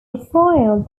raphael